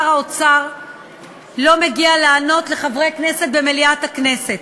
האוצר לא מגיע לענות לחברי הכנסת במליאת הכנסת.